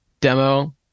demo